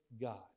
god